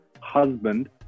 husband